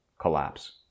collapse